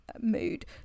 mood